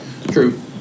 True